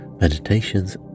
meditations